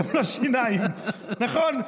גם לא שיניים, נכון.